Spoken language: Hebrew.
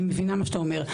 אני מבינה מה שאתה אומר,